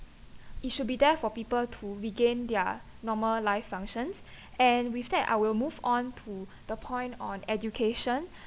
it should be there for people to regain their normal life functions and with that I will move on to the point on education